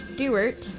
Stewart